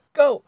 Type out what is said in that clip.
go